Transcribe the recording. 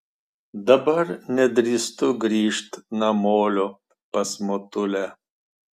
dabar nedrįstu grįžt namolio pas motulę